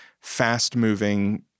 fast-moving